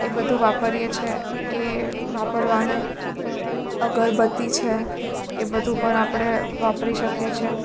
એ બધું વાપરીએ છીએ એ વાપરવાનું અગરબત્તી છે એ બધું પણ આપણે વાપરી શકીએ છે